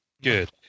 Good